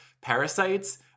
parasites